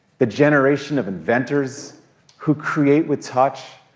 the generation of inventors who create with touch,